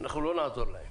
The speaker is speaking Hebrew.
אנחנו לא נעזור להם.